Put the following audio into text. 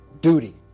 duty